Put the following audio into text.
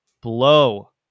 blow